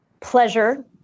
pleasure